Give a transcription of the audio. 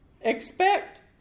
expect